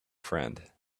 friend